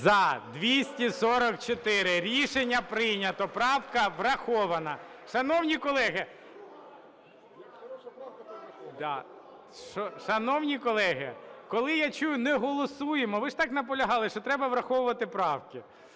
За-244 Рішення прийнято. Правка врахована. Шановні колеги, коли я чую "не голосуємо"… ви є так наполягали, що треба враховувати правки.